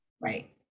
Right